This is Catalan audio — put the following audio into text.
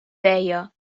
deia